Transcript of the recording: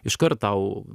iškart tau